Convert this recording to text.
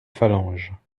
phalanges